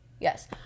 Yes